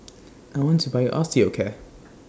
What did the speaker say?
I want to Buy Osteocare